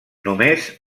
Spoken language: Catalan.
només